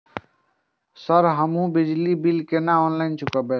Sir हमू बिजली bill केना ऑनलाईन चुकेबे?